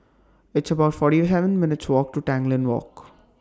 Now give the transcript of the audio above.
It's about forty Heaven minutes' Walk to Tanglin Walk